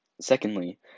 Secondly